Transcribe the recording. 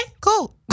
cool